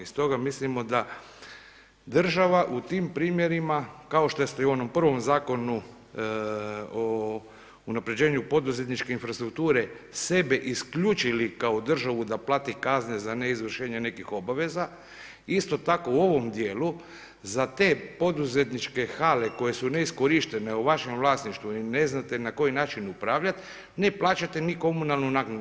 Stoga mislimo da država u tim primjerima, kao što ste i u onom prvom zakonu o unaprijeđenu poduzetničke infrastrukture, sebe isključili kao državu, da plati kazne za neizvršenje nekih obaveza, isto tako u ovom dijelu, za te poduzetničke hale, koje su neiskorištene u vašem vlasništvu i ne znate na koji način upravljati, ne plaćate niti komunalnu naknadu.